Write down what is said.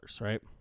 right